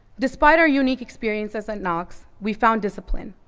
despite our unique experiences at knox, we found discipline,